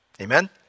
Amen